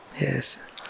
Yes